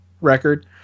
record